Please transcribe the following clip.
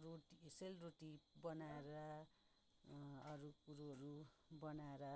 त्यो सेलरोटी बनाएर अरू कुरोहरू बनाएर